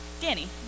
Danny